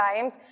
times